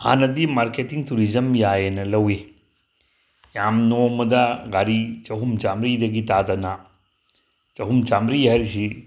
ꯍꯥꯟꯅꯗꯤ marketing tourism ꯌꯥꯏꯌꯦꯅ ꯂꯧꯏ ꯌꯥꯝ ꯅꯣꯡꯃꯗ ꯒꯥꯔꯤ ꯆꯍꯨꯝ ꯆꯥꯃ꯭ꯔꯤꯗꯒꯤ ꯇꯥꯗꯅ ꯆꯍꯨꯝ ꯆꯥꯃ꯭ꯔꯤ ꯍꯥꯏꯔꯤꯁꯤ